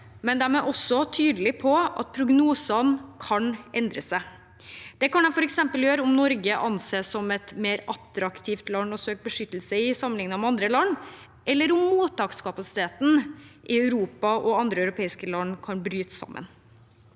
men de er også tydelig på at prognosene kan endre seg. Det kan de f.eks. gjøre om Norge anses som et mer attraktivt land å søke beskyttelse i sammenliknet med andre land, eller om mottakskapasiteten i Europa og andre europeiske land kan bryte sammen.